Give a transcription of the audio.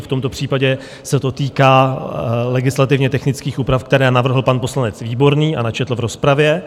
V tomto případě se to týká legislativně technických úprav, které navrhl pan poslanec Výborný a načetl v rozpravě.